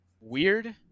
weird